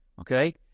okay